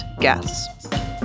guess